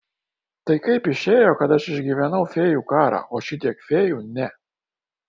tai kaip išėjo kad aš išgyvenau fėjų karą o šitiek fėjų ne